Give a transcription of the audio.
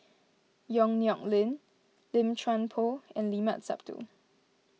Yong Nyuk Lin Lim Chuan Poh and Limat Sabtu